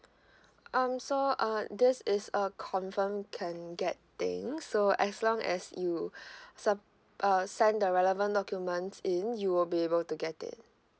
um so uh this is uh confirm can get things so as long as you se~ uh send the relevant documents in you will be able to get it